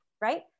right